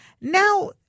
now